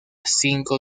cinco